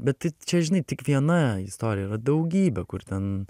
bet tai čia žinai tik viena istorija yra daugybė kur ten